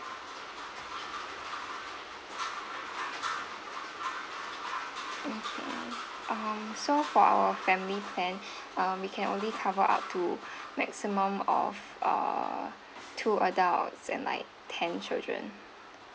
okay um so for our family plan um we can only cover up to maximum of uh two adults and like ten children